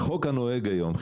החוק הנוהג היום,